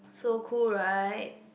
so cool right